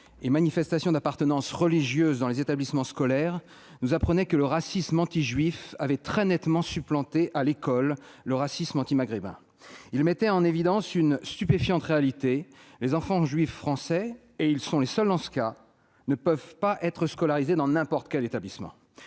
et manifestations d'appartenance religieuse dans les établissements scolaires nous apprenait que le racisme antijuif avait très nettement supplanté, à l'école, le racisme antimaghrébin. Il mettait en évidence une stupéfiante réalité : les enfants juifs français, et ils sont les seuls dans ce cas, ne peuvent pas être scolarisés dans n'importe quel établissement.